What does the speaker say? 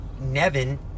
Nevin